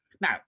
Now